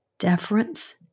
deference